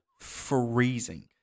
freezing